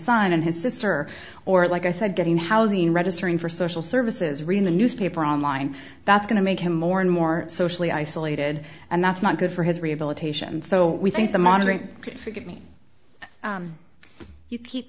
son and his sister or like i said getting housing registering for social services reading the newspaper online that's going to make him more and more socially isolated and that's not good for his rehabilitation so we think the monitoring could forgive me if you keep